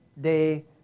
day